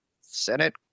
Senate